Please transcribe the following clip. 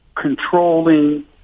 controlling